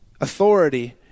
authority